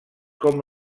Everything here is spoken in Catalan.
com